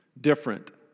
different